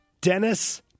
Dennis